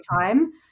time